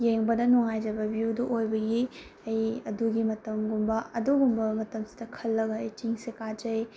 ꯌꯦꯡꯕꯗ ꯅꯨꯡꯉꯥꯏꯖꯕ ꯚ꯭ꯌꯨꯗꯣ ꯑꯣꯏꯕꯒꯤ ꯑꯩ ꯑꯗꯨꯒꯤ ꯃꯇꯝꯒꯨꯝꯕ ꯑꯗꯨꯒꯨꯝꯕ ꯃꯇꯝꯁꯤꯗ ꯈꯜꯂꯒ ꯑꯩ ꯆꯤꯡꯁꯦ ꯀꯥꯖꯩ